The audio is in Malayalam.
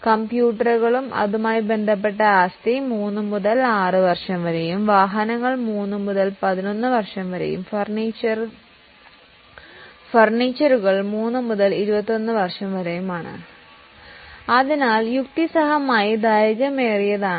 കമ്പ്യൂട്ടറുകളും അതുമായി ബന്ധപ്പെട്ട ആസ്തി 3 6 വർഷം വരെയും വാഹനങ്ങൾ 3 11 വർഷം വരെയും ഫർണിച്ചർ ഫർണിച്ചറുകൾ 3 മുതൽ 21 വർഷം വരെയുമാണ്